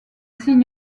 signe